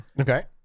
Okay